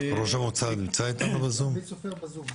יופי.